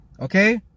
Okay